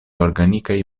organikaj